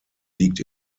liegt